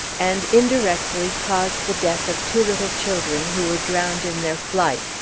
and indirectly caused the death of two little children who were drowned in their flight,